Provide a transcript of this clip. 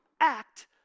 act